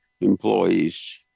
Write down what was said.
employees